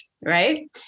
Right